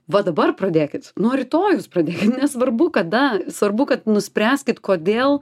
va dabar pradėkit nuo rytojaus pradėk nesvarbu kada svarbu kad nuspręskit kodėl